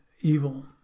evil